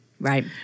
Right